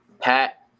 Pat